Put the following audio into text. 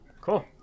cool